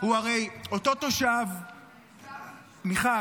הייתי שם --- מיכל,